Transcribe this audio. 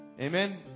Amen